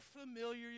familiar